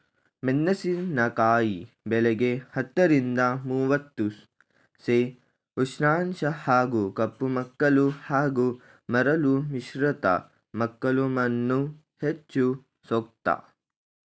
ಮೆಣಸಿನಕಾಯಿ ಬೆಳೆಗೆ ಹತ್ತರಿಂದ ಮೂವತ್ತು ಸೆ ಉಷ್ಣಾಂಶ ಹಾಗೂ ಕಪ್ಪುಮೆಕ್ಕಲು ಹಾಗೂ ಮರಳು ಮಿಶ್ರಿತ ಮೆಕ್ಕಲುಮಣ್ಣು ಹೆಚ್ಚು ಸೂಕ್ತ